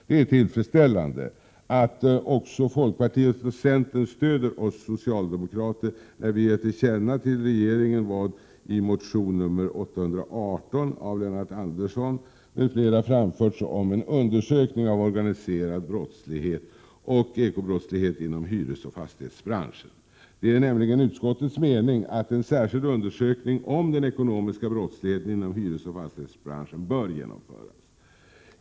Det är tillfredsställande att även folkpartiet och centern stöder oss socialdemokrater när vi vill ge regeringen till känna vad i motion Ju818 av Lennart Andersson m.fl. framförts om en undersökning av organiserad brottslighet och ekobrottslighet inom hyresoch fastighetsbranschen. Det är nämligen utskottets mening att en särskild undersökning om den ekonomiska brottsligheten inom hyresoch fastighetsbranschen bör genomföras.